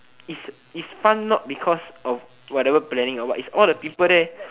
it's it's fun not because of whatever planning or what it's all the people there